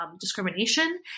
discrimination